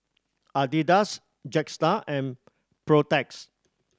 Adidas Jetstar and Protex